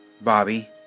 Bobby